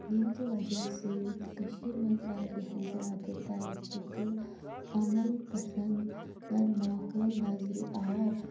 ییٚمہِ کہِ وجہ سۭتۍ کٔشیٖر منٛز واریاہ زیادٕ ترقی تہٕ عمل پَسنٛد ماحول نظرِ آو